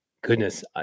Goodness